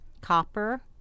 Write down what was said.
copper